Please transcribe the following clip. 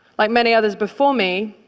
like many others before me,